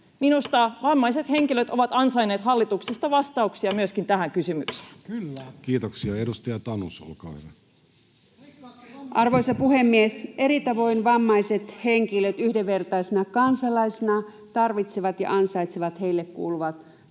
Minusta vammaiset henkilöt ovat ansainneet hallituksesta vastauksia myöskin tähän kysymykseen. Kiitoksia. — Ja edustaja Tanus, olkaa hyvä. Arvoisa puhemies! Eri tavoin vammaiset henkilöt yhdenvertaisina kansalaisina tarvitsevat ja ansaitsevat heille kuuluvan tuen